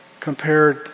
compared